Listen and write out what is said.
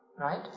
Right